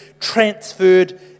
transferred